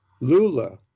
Lula